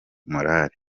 morale